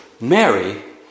Mary